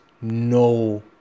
no